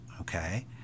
okay